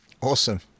Awesome